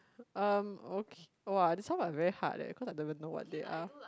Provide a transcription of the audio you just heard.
um !woah! this one like very hard leh cause I never know what they are